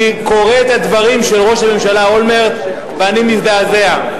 אני קורא את הדברים של ראש הממשלה אולמרט ואני מזדעזע.